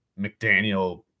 McDaniel